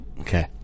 Okay